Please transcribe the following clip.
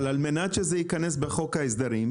אבל על מנת שזה ייכנס בחוק ההסדרים,